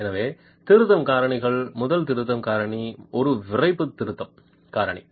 எனவே திருத்தம் காரணிகள் முதல் திருத்தம் காரணி ஒரு விறைப்பு திருத்தம் காரணி